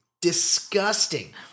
Disgusting